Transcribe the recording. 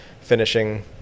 finishing